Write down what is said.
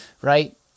Right